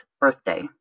birthday